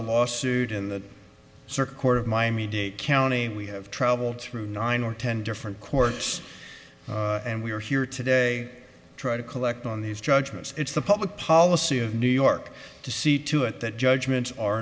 a lawsuit in the circuit court of miami dade county we have traveled through nine or ten different courts and we are here today try to collect on these judgments it's the public policy of new york to see to it that judgments are